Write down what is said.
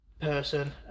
person